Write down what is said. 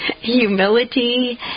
humility